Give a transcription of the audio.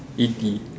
eighty